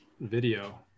video